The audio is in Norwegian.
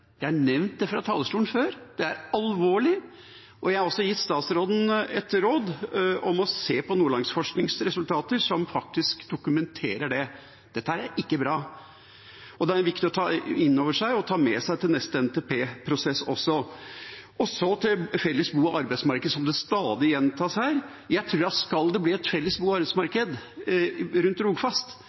Jeg har nevnt det fra talerstolen før. Det er alvorlig. Jeg har også gitt statsråden et råd om å se på Nordlandsforsknings resultater, som faktisk dokumenterer det. Dette er ikke bra. Det er det viktig å ta inn over seg og også ta med seg til neste NTP-prosess. Så til felles bo- og arbeidsmarked, som stadig gjentas her: Jeg tror at skal det bli et felles bo- og arbeidsmarked rundt Rogfast,